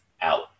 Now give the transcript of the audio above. out